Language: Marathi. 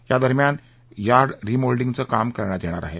यादरम्यान यार्ड रिमोल्डिंगचं काम करण्यात येणार आहे